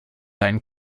deinen